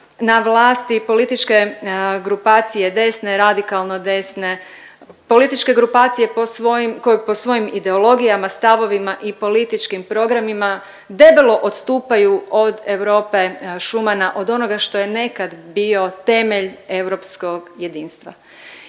na vlasti političke grupacije desne, radikalno desne, političke grupacije po svojim, koje po svojim ideologijama, stavovima i političkim programima debelo odstupaju od Europe, Šumana, od onoga što je nekad bio temelj europskog jedinstva